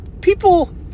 people